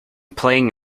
playing